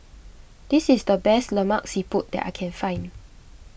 this is the best Lemak Siput that I can find